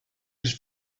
les